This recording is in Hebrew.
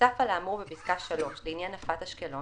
נוסף על האמור בפסקה (3) לעניין נפת אשקלון